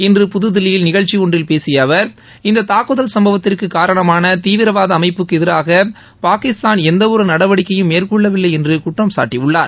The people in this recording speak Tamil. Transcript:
இன்று புதுதில்லியில் நிகழ்ச்சி ஒன்றில் பேசிய அவர் இந்த தாக்குதல் சம்பவத்திற்கு காரணமான தீவிரவாத அமைப்புக்கு எதிராக பாகிஸ்தான் எந்தவொரு நடவடிக்கையும் றேம்கொள்ளவில்லை என்று குற்றம் சாட்டியுள்ளார்